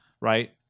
right